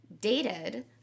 dated